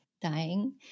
dying